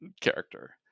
character